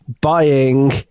buying